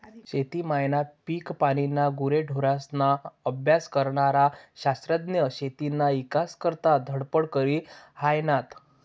शेती मायना, पिकपानीना, गुरेढोरेस्ना अभ्यास करनारा शास्त्रज्ञ शेतीना ईकास करता धडपड करी हायनात